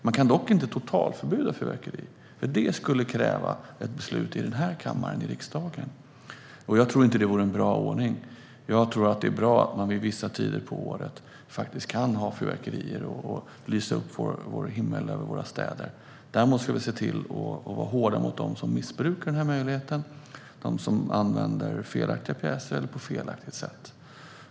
Man kan dock inte totalförbjuda fyrverkerier, för det skulle kräva ett beslut i den här kammaren, i riksdagen. Jag tror inte att det vore en bra ordning. Jag tror att det är bra att man vid vissa tider på året kan ha fyrverkerier och lysa upp himlen över våra städer. Däremot ska vi se till att vara hårda mot dem som missbrukar denna möjlighet - mot dem som använder felaktiga pjäser eller gör det på ett felaktigt sätt.